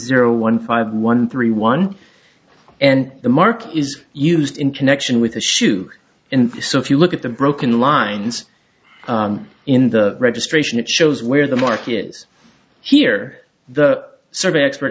zero one five one three one and the mark is used in connection with the shoe and so if you look at the broken lines in the registration it shows where the market is here the survey expert